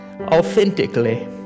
authentically